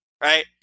right